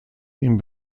ihm